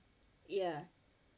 yeah